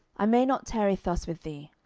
i may not tarry thus with thee.